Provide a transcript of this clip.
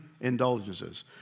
indulgences